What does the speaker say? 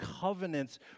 covenants